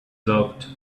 loved